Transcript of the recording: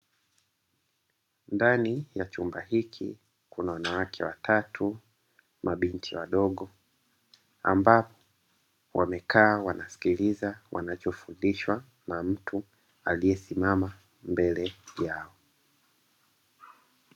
Ndani ya chumba hiki kuna wanawake watatu (mabinti wadogo) ambao wamekaa wanasikiliza wanachofundishwa na mtu aliyesimama mbele yao.